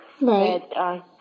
right